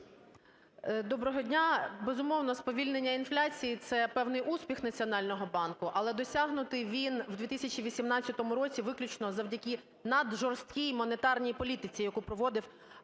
Доброго дня. Безумовно, сповільнення інфляції – це певний успіх Національного банку, але досягнутий він у 2018 році виключно завдяки наджорсткій монетарній політиці, яку проводив